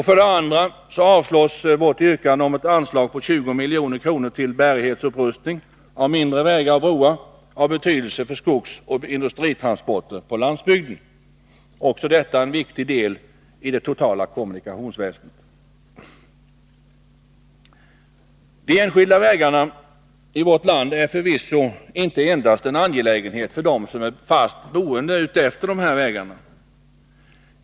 För det andra avstyrks vårt yrkande om ett anslag på 20 milj.kr. till bärighetsupprustning av mindre vägar och broar av betydelse för skogsoch industritransporter på landsbygden. Också detta är en viktig del i det totala kommunikationsväsendet. De enskilda vägarna i vårt land är förvisso inte endast en angelägenhet för dem som är fast boende utefter dessa vägar.